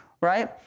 right